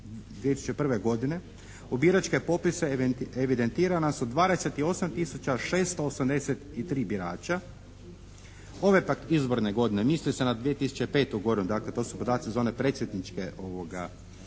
u biračke popise evidentirana su 28 tisuća 683 birača. Ove pak izborne godine misli se na 2005. godinu, dakle to su podaci za one predsjedničke izbore.